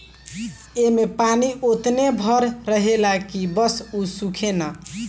ऐमे पानी ओतने भर रहेला की बस उ सूखे ना